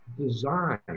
design